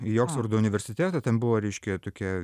į oksfordo universitetą ten buvo reiškia tokia